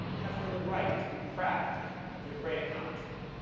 have earned the right to be proud of your great accomplishment.